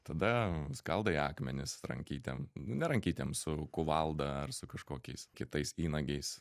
tada skaldai akmenis rankytėm ne rankytėm su kuvalda ar su kažkokiais kitais įnagiais